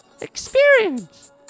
experience